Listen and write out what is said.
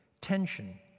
tension